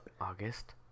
august